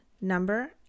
number